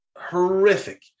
Horrific